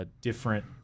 Different